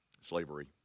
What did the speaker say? Slavery